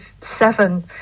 seven